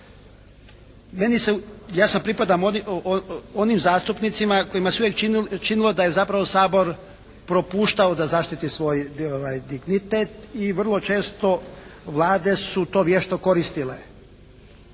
se, ja pripadam onim zastupnicima kojima se uvijek činilo da je zapravo Sabor propuštao da zaštiti svoj dignitet i vrlo često vlade su to vješto koristile